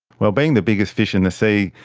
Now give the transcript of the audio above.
well, being the biggest fish in the sea,